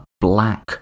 black